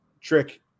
trick